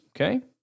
Okay